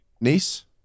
Nice